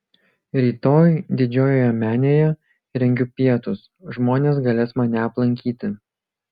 rytoj didžiojoje menėje rengiu pietus žmonės galės mane aplankyti